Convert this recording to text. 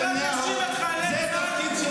אתה לא תאשים את חיילי צה"ל,